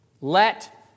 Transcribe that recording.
Let